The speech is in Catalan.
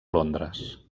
londres